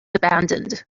abandoned